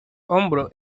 hombro